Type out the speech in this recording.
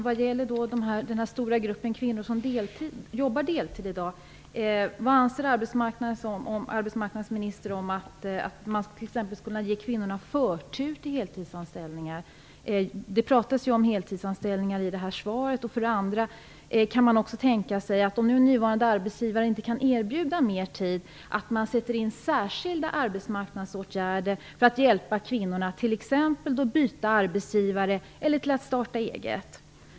Fru talman! En stor grupp kvinnor jobbar i dag deltid. Det talas i svaret om heltidsanställningar. Vad anser arbetsmarknadsministern om att man t.ex. skulle kunna ge kvinnor förtur till heltidsanställningar? Om nuvarande arbetsgivare inte kan erbjuda mer tid, kan man då tänka sig att särskilda arbetsmarknadsåtgärder sätts in för att hjälpa kvinnorna att t.ex. byta arbetsgivare eller att starta eget?